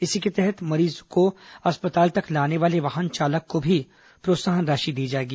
इसी के तहत मरीज को अस्पताल तक लाने वाले वाहन चालक को भी प्रोत्साहन राशि दी जाएगी